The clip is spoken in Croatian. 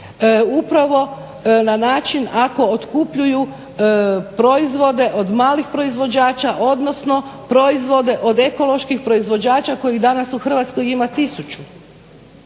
upravo na način ako otkupljuju proizvode od malih proizvođača, odnosno proizvode od ekoloških proizvođača kojih danas u Hrvatskoj ima tisuću.